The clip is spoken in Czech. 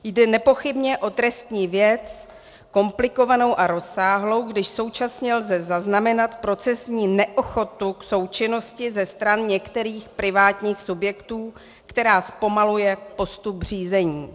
Jde nepochybně o trestní věc, komplikovanou a rozsáhlou, když současně lze zaznamenat procesní neochotu k součinnosti ze stran některých privátních subjektů, která zpomaluje postup řízení.